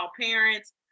parents